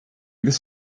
this